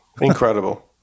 Incredible